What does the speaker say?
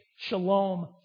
shalom